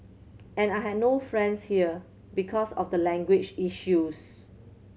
and I had no friends here because of the language issues